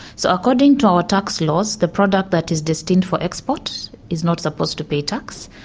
so according to our tax laws the product that is distinct for export is not supposed to pay tax,